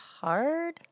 hard